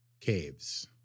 caves